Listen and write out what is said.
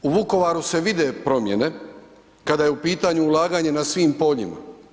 U Vukovaru se vide promjene kada je u pitanju ulaganje u svim poljima.